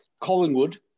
Collingwood